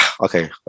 okay